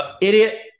Idiot